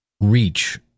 reach